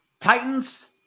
Titans